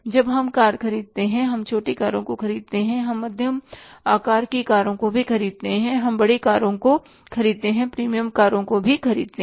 जब हम कार खरीदते हैं हम छोटी कारों को खरीदते हैं हम मध्यम आकार की कारों को भी खरीदते हैं हम बड़ी कारों को खरीदते हैं प्रीमियम कारों को भी खरीदते हैं